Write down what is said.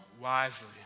wisely